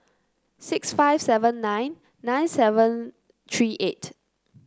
six five seven nine nine seven three eight